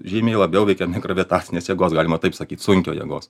žymiai labiau veikiami gravitacinės jėgos galima taip sakyt sunkio jėgos